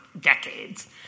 decades